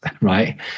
right